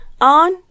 on